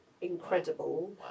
incredible